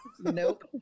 Nope